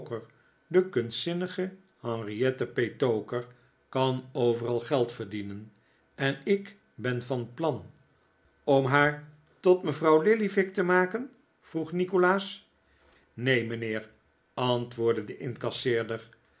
de kunstzinnige henriette petowker kan overal geld verdienen en ik ben van plan om haar tot mevrouw lillyvick te maken vroeg nikolaas neen mijnheer antwoordde de